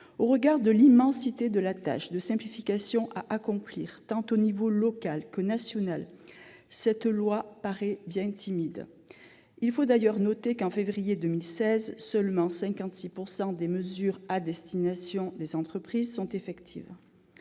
Au regard de l'immensité de la tâche de simplification à accomplir, au niveau tant local que national, cette loi paraît bien timide. Il faut d'ailleurs noter qu'en février 2016 seulement 56 % des mesures à destination des entreprises étaient effectives.